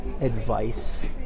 Advice